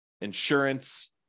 insurance